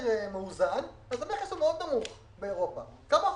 מאוזן אז המכס נמוך מאוד באירופה, כמה אחוזים,